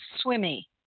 swimmy